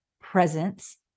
presence